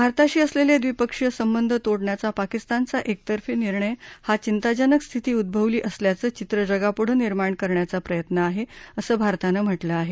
भारताशी असलेले ड्रीपक्षीय संबंध तोडण्याचा पाकिस्तानचा एकतर्फी निर्णय हा चिंताजनक स्थिती उद्ववली असल्याचं चित्र जगापुढे निर्माण करण्याचा प्रयत्न आहे असं भारतानं म्हटलं आहे